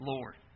Lord